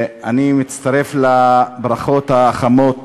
אני מצטרף לברכות החמות